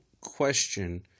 question